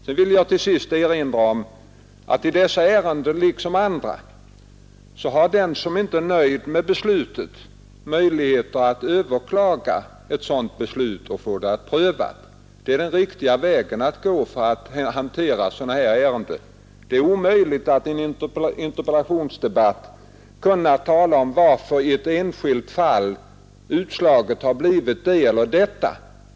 Jag vill till sist erinra om att i dessa ärenden liksom i andra har den som inte är nöjd med beslutet möjlighet att överklaga och få det prövat. Det är den riktiga vägen att gå när man hanterar sådana här ärenden. Däremot är det omöjligt att i en interpellationsdebatt tala om varför utslaget i ett enskilt fall har blivit det eller det.